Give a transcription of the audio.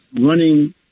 running